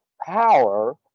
power